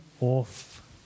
off